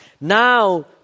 Now